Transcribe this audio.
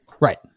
Right